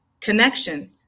connection